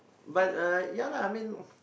but uh ya lah I mean